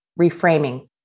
reframing